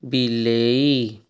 ବିଲେଇ